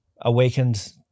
awakened